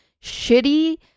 shitty